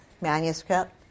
manuscript